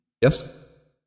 Yes